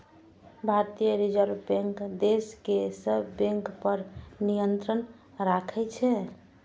भारतीय reserve bank देश के सब बैंक पर नियंत्रण राखै छै